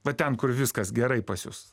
va ten kur viskas gerai pas jus